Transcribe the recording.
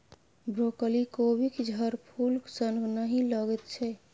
broccoli कोबीक झड़फूल सन नहि लगैत छै